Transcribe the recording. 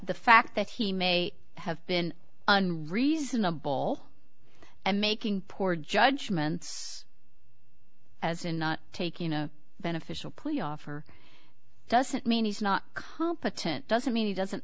the fact that he may have been on reasonable and making poor judgments as in not taking a beneficial plea offer doesn't mean he's not competent doesn't mean he doesn't